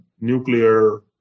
nuclear